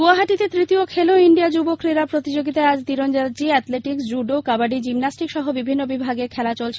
গুয়াহাটিতে তৃতীয় খেলো ইন্ডিয়া যুব ক্রীড়া প্রতিযোগিতায় আজ তীরন্দাজি অ্যাথলেটিক্স জুডো কাবাডি জিমন্যাস্টিক সহ বিভিন্ন বিভাগে খেলা চলছে